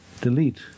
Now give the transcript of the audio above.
delete